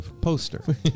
Poster